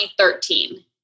2013